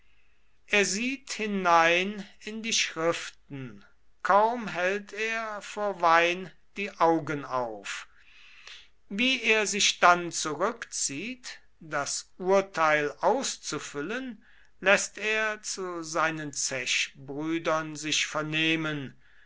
urkunden ersieht hinein in die schriften kaum hält er vor wein die augen auf wie er sich dann zurückzieht das urteil auszufüllen läßt er zu seinen zechbrüdern sich vernehmen